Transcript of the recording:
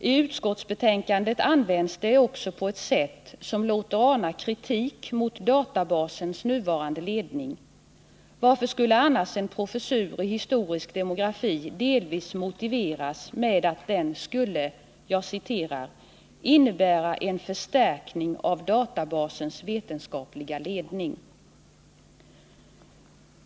I utskottsbetänkandet används det också på ett sätt som låter ana kritik mot databasens nuvarande ledning — varför skulle annars en professur i historisk demografi delvis motiveras med att den skulle ”innebära en förstärkning av databasens vetenskapliga ledning”?